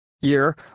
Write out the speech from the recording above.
year